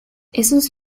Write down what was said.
esos